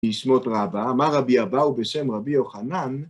נשמות רבה, אמר רבי אבאו בשם רבי יוחנן,